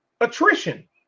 Attrition